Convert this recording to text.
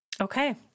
Okay